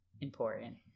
important